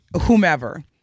whomever